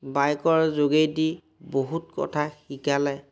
বাইকৰ যোগেদি বহুত কথা শিকালে